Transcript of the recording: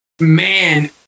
man